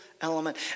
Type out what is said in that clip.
element